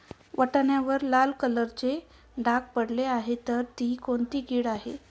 वाटाण्यावर लाल कलरचे डाग पडले आहे तर ती कोणती कीड आहे?